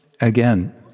again